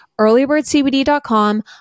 earlybirdcbd.com